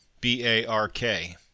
B-A-R-K